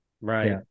Right